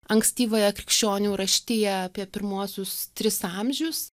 ankstyvąją krikščionių raštiją apie pirmuosius tris amžius